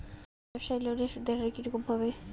ব্যবসায়ী লোনে সুদের হার কি রকম হবে?